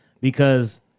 because-